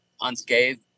unscathed